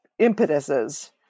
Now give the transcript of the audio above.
impetuses